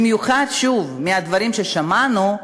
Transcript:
במיוחד, שוב, שמהדברים ששמענו,